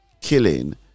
killing